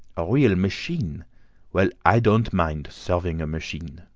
a real machine well, i don't mind serving a machine.